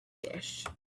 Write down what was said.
dish